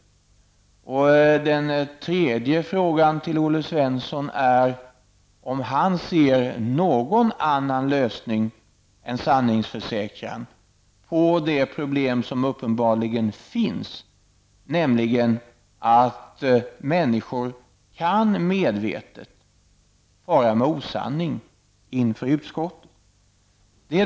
För det tredje: Ser Olle Svensson någon annan lösning än sanningsförsäkran på det problem som uppenbarligen finns, nämligen att människor kan medvetet fara med osanning inför utskottet?